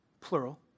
Plural